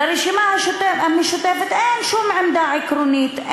לרשימה המשותפת אין שום עמדה עקרונית.